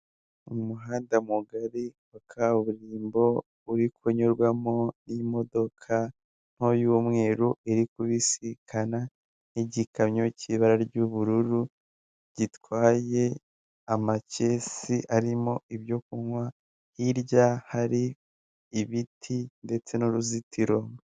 Umuhanda mugari wa kaburimbo uri kunyurwamo n'imodoka nto y'umweru iri kubisikana n'igikamyo cy'ibara ry'ubururu gitwaye amakesi arimo ibyo kunywa, hirya hari ibiti ndetse n'uruzitiro.